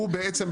הוא בעצם,